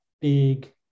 big